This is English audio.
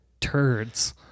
turds